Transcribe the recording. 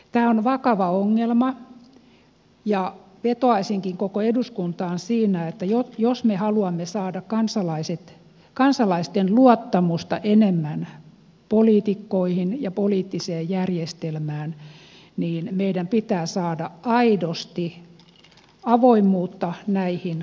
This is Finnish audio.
tämä on vakava ongelma ja vetoaisinkin koko eduskuntaan siinä että jos me haluamme saada kansalaisten luottamusta enemmän poliitikkoihin ja poliittiseen järjestelmään niin meidän pitää saada aidosti avoimuutta näihin kampanjoihin